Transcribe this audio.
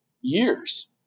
years